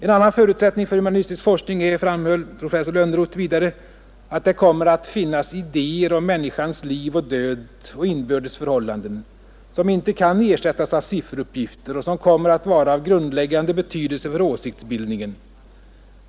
En annan förutsättning för humanistisk forskning är, framhöll professor Lönnroth vidare, att det ”kommer att finnas idéer om människans liv och död och inbördes förhållanden, som inte kan ersättas av sifferuppgifter och som kommer att vara av grundläggande betydelse för åsiktsbildningen.